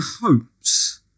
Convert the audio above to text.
hopes